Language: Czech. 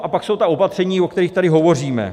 A pak jsou ta opatření, o kterých tady hovoříme.